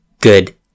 good